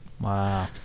Wow